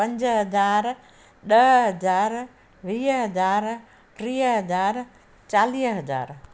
पंज हज़ार ॾह हज़ार वीह हज़ार टीह हज़ार चालीह हज़ार